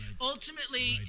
ultimately